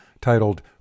titled